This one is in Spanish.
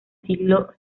siglo